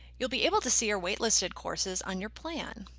you'll be able to see your waitlisted courses on your plan.